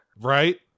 right